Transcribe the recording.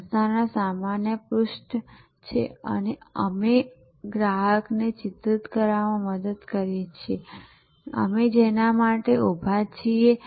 સંસ્થામાં સમાન પૃષ્ઠ છે અને તે અમને ગ્રાહકને ચિત્રિત કરવામાં મદદ કરે છે અમે જેના માટે ઊભા છીએ